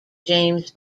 james